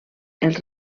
els